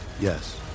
Yes